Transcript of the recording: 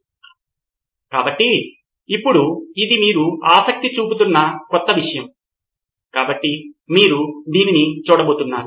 సిద్ధార్థ్ మాతురి కాబట్టి teacher notes అందించే వ్యవస్థ కాబట్టి ఇందులో టీచర్ తన నోట్స్ను నేరుగా విద్యార్థులతో పంచుకుంటుంది